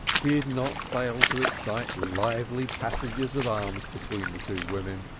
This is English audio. did not fail to excite lively passages of arms between the two women.